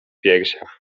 piersiach